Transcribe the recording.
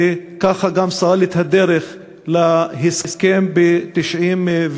וככה גם סלל את הדרך להסכם ב-1993.